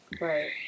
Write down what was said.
Right